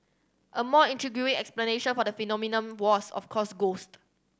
a more intriguing explanation for the phenomenon was of course ghost